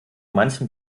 manchem